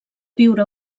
viure